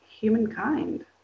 humankind